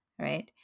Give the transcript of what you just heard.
right